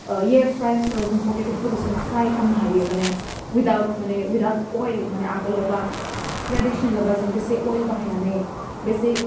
ओह इयारफ्रायार्सफ्राव जों फटेट'फोरखौ जों फ्राय खालामनो हायो माने ऊइदावद माने ऊइदावद अवेल माने आगोलावबा ट्रेदिसनेल एबा जों बेसे अवेल बाहायनानै बेसे